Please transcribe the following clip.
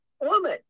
woman